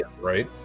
right